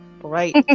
Right